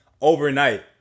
overnight